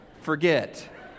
forget